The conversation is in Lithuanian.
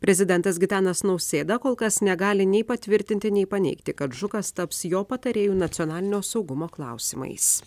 prezidentas gitanas nausėda kol kas negali nei patvirtinti nei paneigti kad žukas taps jo patarėju nacionalinio saugumo klausimais